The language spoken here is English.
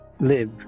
live